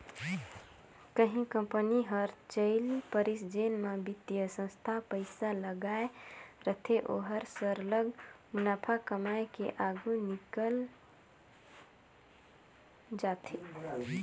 कहीं कंपनी हर चइल परिस जेन म बित्तीय संस्था पइसा लगाए रहथे ओहर सरलग मुनाफा कमाए के आघु निकेल जाथे